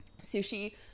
Sushi